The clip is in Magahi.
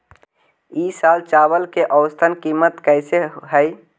ई साल चावल के औसतन कीमत कैसे हई?